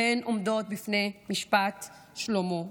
והן עומדות בפני משפט שלמה.